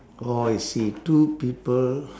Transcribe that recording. orh I see two people